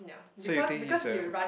so you think he's a